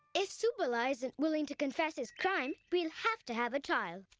if subala isn't willing to confess his crime we'll have to have a trial.